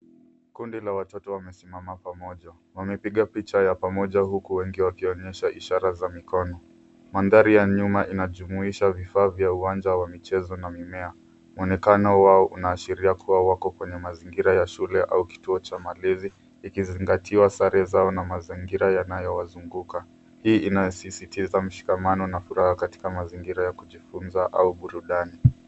Kundi la watoto limesimama pamoja. Wanapiga picha ya pamoja huku wengi wakionyesha ishara za mikono. Mandhari ya nyuma inajumuisha vifaa vya uwanja wa michezo na mimea. Mwonekano wao unaashiria wako katika mazingira ya shule au kituo cha malezi, ikizingatiwa sare zao na mazingira yanayowazunguka. Hii inasisitiza mshikamano na furaha katika mazingira ya kujifunza au burudani.